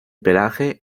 pelaje